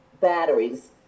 batteries